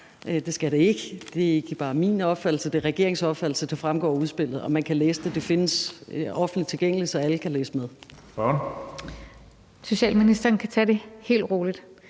det skal det ikke. Det er ikke bare min opfattelse; det er regeringens opfattelse. Det fremgår af udspillet, og man kan læse det; det findes offentligt tilgængeligt, så alle kan læse med. Kl. 15:32 Tredje næstformand